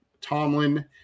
Tomlin